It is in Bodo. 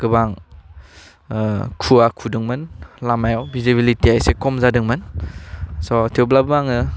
गोबां ओह खुवा खुदोंमोन लामायाव भिजिबिलिटिया एसे खम जादोंमोन सह थेवब्लाबो आङो